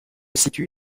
situe